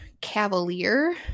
cavalier